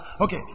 okay